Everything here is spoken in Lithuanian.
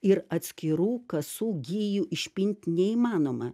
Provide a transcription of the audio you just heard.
ir atskirų kasų gijų išpint neįmanoma